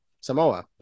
Samoa